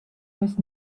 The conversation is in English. most